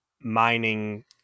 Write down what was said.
mining